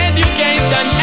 Education